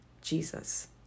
Jesus